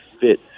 fit